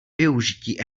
využití